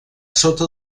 sota